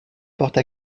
porte